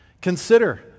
consider